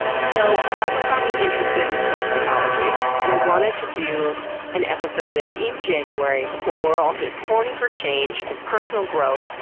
so that book got me interested in sports psychology and i wanted to do an episode of this in january while we're all just horny for change and personal growth.